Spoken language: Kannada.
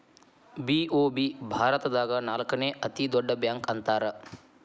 ಬಿ.ಓ.ಬಿ ಭಾರತದಾಗ ನಾಲ್ಕನೇ ಅತೇ ದೊಡ್ಡ ಬ್ಯಾಂಕ ಅಂತಾರ